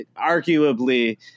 arguably